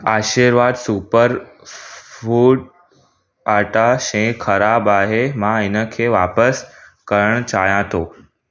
आशीर्वाद super food आटा शइ ख़राब आहे मां इनखे वापिसि करणु चाहियां थो